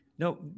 No